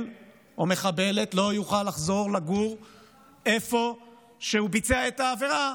או מחבלת לא יוכלו לחזור לגור איפה שהם ביצעו את העבירה,